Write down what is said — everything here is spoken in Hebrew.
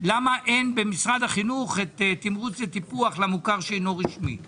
למה אין במשרד החינוך תמרוץ לטיפוח למוכר שאינו רשמי,